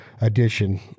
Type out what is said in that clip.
edition